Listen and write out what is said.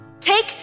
Take